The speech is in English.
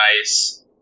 Nice